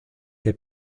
que